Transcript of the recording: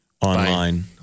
online